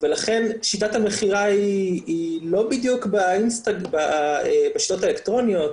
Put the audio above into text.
ולכן שיטת המכירה היא לא בדיוק בשיטות האלקטרוניות,